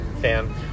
fan